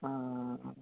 ఆ